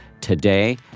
today